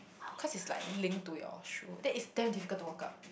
cause is like linked to your shoe then it's damn difficult to walk up